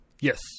Yes